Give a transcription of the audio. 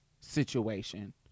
situation